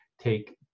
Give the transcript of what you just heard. take